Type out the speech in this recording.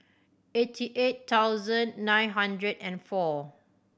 eighty eight thousand nine hundred and four